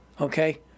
okay